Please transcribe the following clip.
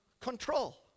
control